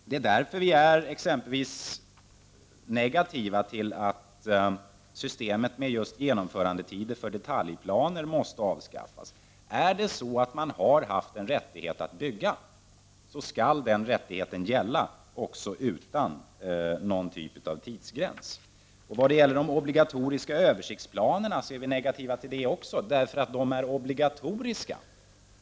Det är därför vi är exempelvis negativa till att systemet med just genomförandetider för detaljplaner måste avskaffas. Är det så att man har haft en rättighet att bygga, skall den rättigheten gälla också utan någon form av tidsgräns. Vi är även negativa till de obligatoriska översiktsplanerna — just för att de är obligatoriska.